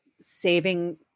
saving